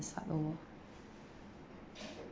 start over